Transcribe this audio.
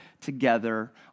together